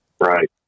Right